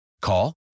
Call